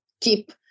keep